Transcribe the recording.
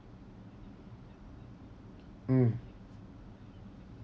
mm